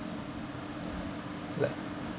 like